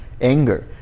anger